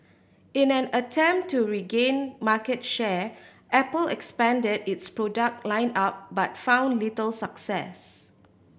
in an attempt to regain market share Apple expanded its product line up but found little success